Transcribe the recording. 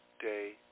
day